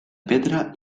pedra